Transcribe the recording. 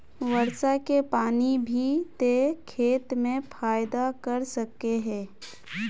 वर्षा के पानी भी ते खेत में फायदा कर सके है?